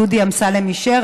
דודי אמסלם אישר,